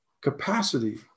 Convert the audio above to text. capacity